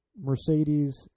Mercedes